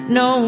no